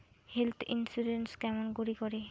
Health insurance কেমন করি করে?